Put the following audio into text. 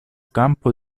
campo